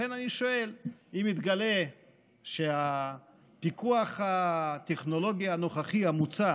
לכן אני שואל: אם יתגלה שהפיקוח הטכנולוגי הנוכחי המוצע